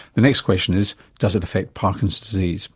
the next question is does it affect parkinson's disease.